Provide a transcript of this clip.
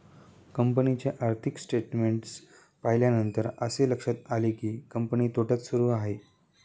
कंपनीचे आर्थिक स्टेटमेंट्स पाहिल्यानंतर असे लक्षात आले की, कंपनी तोट्यात सुरू आहे